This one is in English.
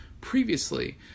previously